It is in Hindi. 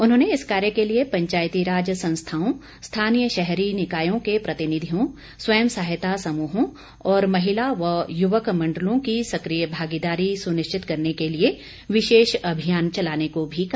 उन्होंने इस कार्य के लिए पंचायतीराज संस्थाओं स्थानीय शहरी निकायों के प्रतिनिधियों स्वयं सहायता समूहों और महिला व युवक मंडलों की सक्रिय भागीदारी सुनिश्चित करने के लिए विशेष अभियान चलाने को भी कहा